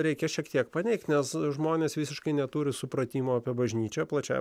reikia šiek tiek paneigti nes žmonės visiškai neturi supratimo apie bažnyčią plačiai